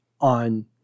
on